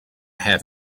have